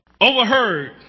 overheard